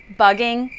bugging